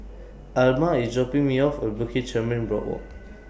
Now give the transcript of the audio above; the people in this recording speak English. Alma IS dropping Me off At Bukit Chermin Boardwalk